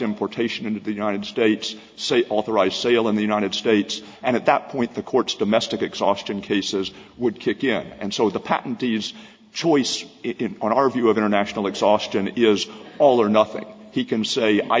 importation into the united states say authorized sale in the united states and at that point the courts domestic exhaustion cases would kick in and so the patent to use choice it on our view of international exhaustion is all or nothing he can say i